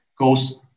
goes